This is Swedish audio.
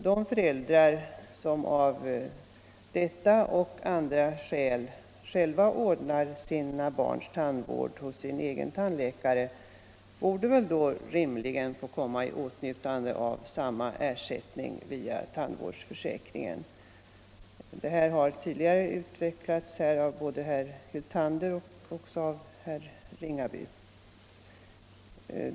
De föräldrar som av detta och andra skäl själva ordnar sina barns tandvård hos sin egen tandläkare borde då rimligen komma i åtnjutande av samma ersättning via tandvårdsförsäkringen. Denna tanke har tidigare utvecklats här av både herr Hyltander och herr Ringaby.